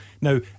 Now